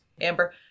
Amber